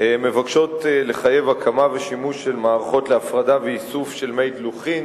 מבקשות לחייב הקמה ושימוש של מערכות להפרדה ואיסוף של מי דלוחין,